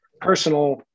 personal